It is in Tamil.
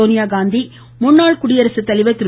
சோனியாகாந்தி முன்னாள் குடியரசுத்தலைவர் திரு